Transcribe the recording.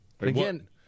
Again